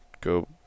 go